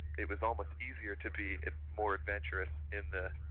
it was almost easier to be more adventurous in the